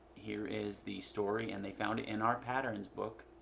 here is the story, and they found it in our patterns book,